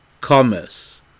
commerce